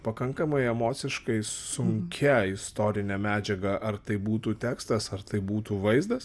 pakankamai emociškai sunkia istorine medžiaga ar tai būtų tekstas ar tai būtų vaizdas